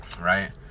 right